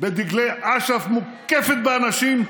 בדגלי אש"ף, מוקפת באנשים,